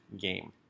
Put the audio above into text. game